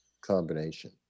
combination